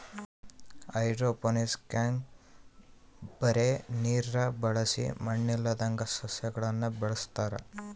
ಹೈಡ್ರೋಫೋನಿಕ್ಸ್ನಾಗ ಬರೇ ನೀರ್ನ ಬಳಸಿ ಮಣ್ಣಿಲ್ಲದಂಗ ಸಸ್ಯಗುಳನ ಬೆಳೆಸತಾರ